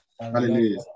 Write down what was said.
Hallelujah